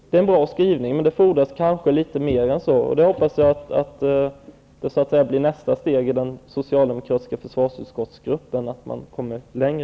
Det är en bra skrivning. Men det fordras kanske litet mer än så. Jag hoppas att det blir nästa steg i den socialdemokratiska försvarsutskottsgruppen, att man kommer längre.